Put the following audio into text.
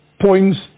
points